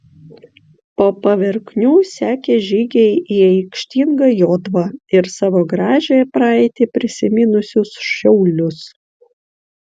po paverknių sekė žygiai į aikštingą jotvą ir savo gražiąją praeitį prisiminusius šiaulius